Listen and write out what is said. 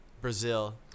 Brazil